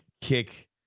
kick